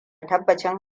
tabbacin